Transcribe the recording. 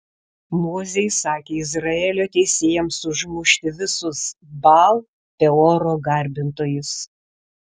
mozė įsakė izraelio teisėjams užmušti visus baal peoro garbintojus